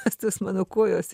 nes tas mano kojos